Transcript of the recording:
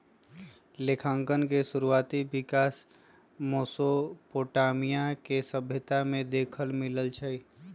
लेखांकन के शुरुआति विकास मेसोपोटामिया के सभ्यता में देखे के मिलइ छइ